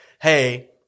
hey